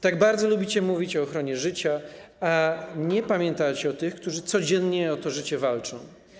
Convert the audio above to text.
Tak bardzo lubicie mówić o ochronie życia, a nie pamiętacie o tych, którzy codziennie o to życie walczą.